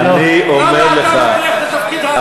אני אומר לך, למה אתה לוקח את התפקיד המכוער הזה.